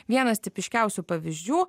vienas tipiškiausių pavyzdžių